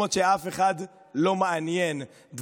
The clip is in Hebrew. רפורמות שלא מעניינות אף אחד,